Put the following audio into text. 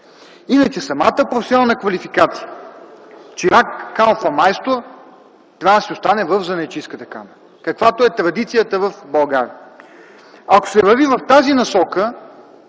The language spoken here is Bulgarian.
камара. Самата професионална квалификация чирак, калфа, майстор трябва да си остане в Занаятчийската камара, каквато е традицията в България! Ако се върви в тази насока